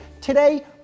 Today